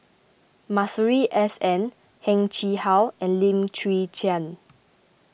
Masuri S N Heng Chee How and Lim Chwee Chian